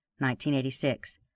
1986